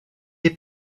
est